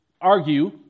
argue